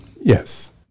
Yes